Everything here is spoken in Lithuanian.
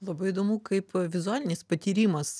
labai įdomu kaip vizualinis patyrimas